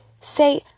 Say